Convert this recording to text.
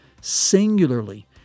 singularly